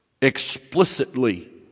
explicitly